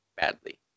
badly